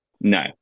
No